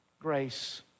Grace